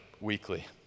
weekly